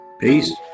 Peace